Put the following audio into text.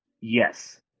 yes